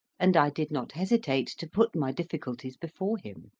and i did not hesitate to put my difficulties before him.